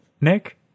Nick